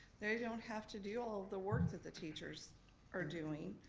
they don't have to do all of the work that the teachers are doing.